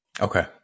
Okay